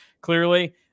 clearly